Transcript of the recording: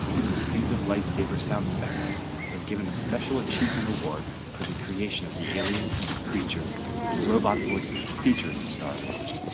the distinctive lightsaber sound effect was given a special achievement award for the creation of the alien, creature, and robot voices featured in star wars.